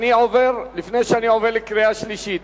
לפני שאני עובר לקריאה שלישית,